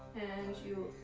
and you